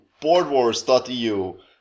BoardWars.eu